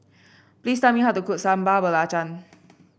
please tell me how to cook Sambal Belacan